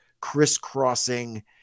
crisscrossing